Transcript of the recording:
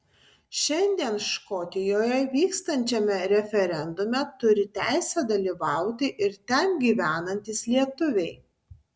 šiandien škotijoje vykstančiame referendume turi teisę dalyvauti ir ten gyvenantys lietuviai